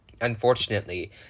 Unfortunately